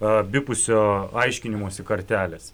abipusio aiškinimosi kartelės